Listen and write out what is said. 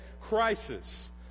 Crisis